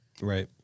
Right